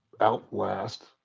outlast